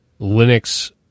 Linux